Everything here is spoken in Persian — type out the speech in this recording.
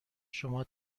شما